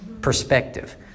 perspective